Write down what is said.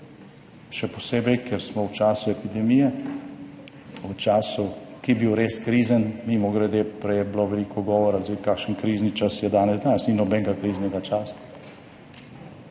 Še posebej, ker smo v času epidemije, v času ki je bil res krizen, mimogrede, prej je bilo veliko govora zdaj kakšen krizni čas je danes. Danes ni nobenega kriznega časa.